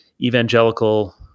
evangelical